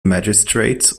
magistrates